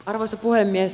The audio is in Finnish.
arvoisa puhemies